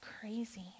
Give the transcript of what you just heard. crazy